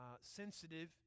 sensitive